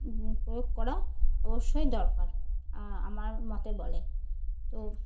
প্রয়োগ করা অবশ্যই দরকার আমার মতে বলে তো